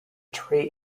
tree